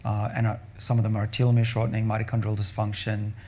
and ah some of them are telomere shortening, mitochondrial dysfunction,